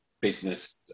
business